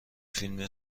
فیلم